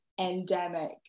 endemic